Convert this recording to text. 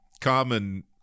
common